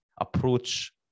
approach